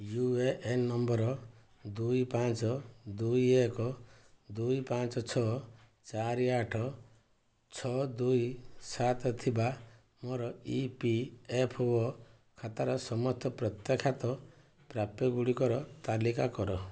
you A N number ଦୁଇ ପାଞ୍ଚ ଦୁଇ ଏକ ଦୁଇ ପାଞ୍ଚ ଛଅ ଚାରି ଆଠ ଛଅ ଦୁଇ ସାତ ଥିବା ମୋର ଇ ପି ଏଫ୍ ଓ ଖାତାର ସମସ୍ତ ପ୍ରତ୍ୟାଖ୍ୟାତ ପ୍ରାପ୍ୟଗୁଡ଼ିକର ତାଲିକା କର